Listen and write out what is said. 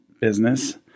business